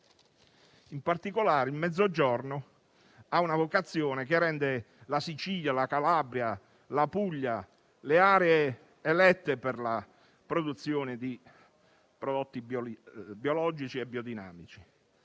In particolare, il Mezzogiorno ha una vocazione che rende la Sicilia, la Calabria e la Puglia le aree elette per la produzione di prodotti biologici e biodinamici.